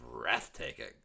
breathtaking